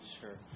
Sure